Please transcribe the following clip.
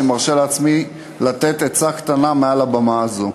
אני מרשה לעצמי לתת עצה קטנה מעל הבמה הזאת.